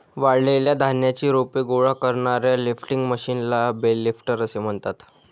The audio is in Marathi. वाळलेल्या धान्याची रोपे गोळा करणाऱ्या लिफ्टिंग मशीनला बेल लिफ्टर असे म्हणतात